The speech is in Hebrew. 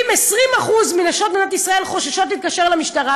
אם 20% מנשות מדינת ישראל חוששות להתקשר למשטרה,